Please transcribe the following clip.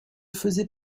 faisait